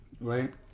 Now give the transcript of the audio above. Right